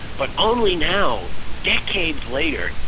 but only now, decades later,